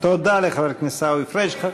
תודה לחבר הכנסת עיסאווי פריג'.